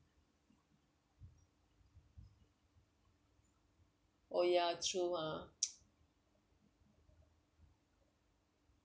oh ya true ah